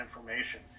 information